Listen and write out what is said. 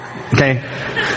Okay